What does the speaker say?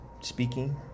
speaking